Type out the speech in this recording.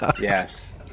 Yes